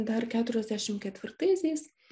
dar keturiasdešimt ketvirtaisiais